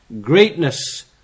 greatness